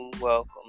welcome